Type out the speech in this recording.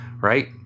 Right